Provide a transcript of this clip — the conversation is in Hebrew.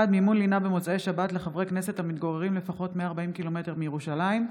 1. מימון לינה במוצאי שבת לחברי כנסת המתגוררים לפחות 140 ק"מ מירושלים,